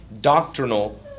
doctrinal